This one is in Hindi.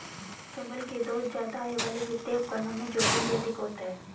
संभल के दोस्त ज्यादा आय वाले वित्तीय उपकरणों में जोखिम भी अधिक होता है